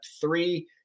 three